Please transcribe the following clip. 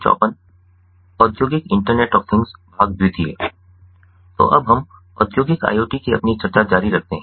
तो अब हम औद्योगिक IoT की अपनी चर्चा जारी रखते हैं